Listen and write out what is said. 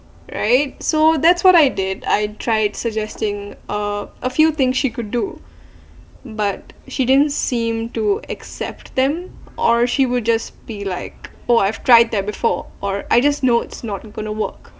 right so that's what I did I tried suggesting a a few things she could do but she didn't seem to accept them or she would just be like oh I've tried that before or I just know it's not gonna work